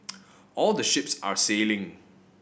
all the ships are sailing